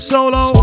Solo